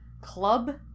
club